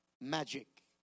magic